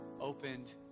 opened